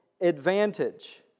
advantage